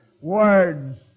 Words